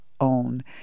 own